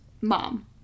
mom